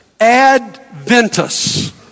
adventus